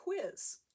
quiz